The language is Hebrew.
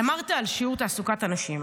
אמרת על שיעור תעסוקת הנשים.